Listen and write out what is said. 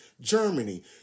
Germany